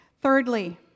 Thirdly